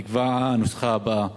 נקבעה הנוסחה הבאה: